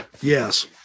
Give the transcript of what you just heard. Yes